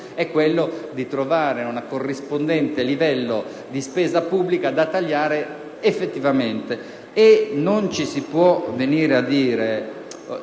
è quello di trovare un corrispondente livello di spesa pubblica da tagliare effettivamente.